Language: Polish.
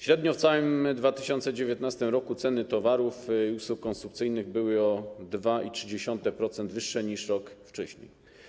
Średnio w całym 2019 r. ceny towarów i usług konsumpcyjnych były o 2,3% wyższe niż rok wcześniej.